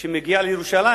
שמגיע לבאר-שבע,